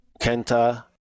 Kenta